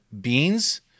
beans